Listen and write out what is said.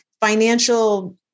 financial